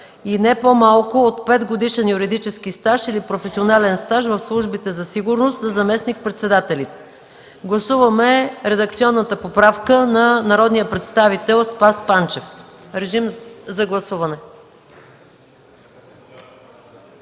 и не по-малко от 5-годишен юридически стаж или професионален стаж в службите за сигурност – за заместник-председателите;”. Гласуваме редакционната поправка на народния представител Спас Панчев. Гласували